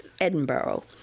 Edinburgh